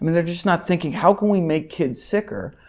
they're just not thinking how can we make kids sicker?